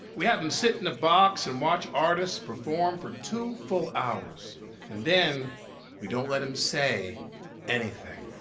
we have him sit in a box and watch artists perform for two full hours and then we don't let him say anything.